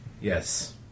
Yes